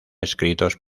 escritos